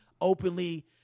openly